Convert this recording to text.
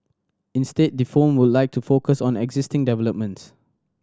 instead the firm would like to focus on existing developments